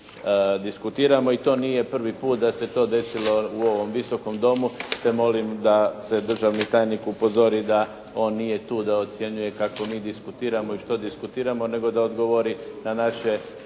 i to nije prvi put da se to desilo u ovom Visokom domu, te molim da se državni tajnik upozori da on nije tu da ocjenjuje kako mi diskutiramo i što diskutiramo, nego da odgovori na naše